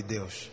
Deus